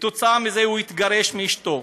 כתוצאה מזה הוא התגרש מאשתו.